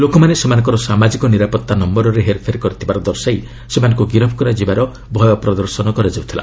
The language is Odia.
ଲୋକମାନେ ସେମାନଙ୍କର ସାମାଜିକ ନିରାପତ୍ତା ନୟରରେ ହେରଫେର କରିଥିବାର ଦର୍ଶାଇ ସେମାନଙ୍କୁ ଗିରଫ କରାଯିବାର ଭୟ ପ୍ରଦର୍ଶନ କରାଯାଉଥିଲା